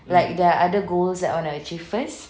like there are other goals I want to achieve first